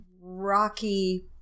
Rocky